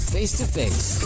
Face-to-face